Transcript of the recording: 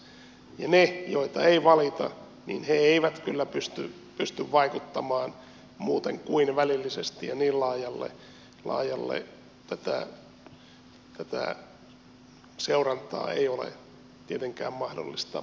ne joita ei valita eivät kyllä pysty vaikuttamaan muuten kuin välillisesti ja niin laajalle tätä seurantaa ei ole tietenkään mahdollista